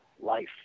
life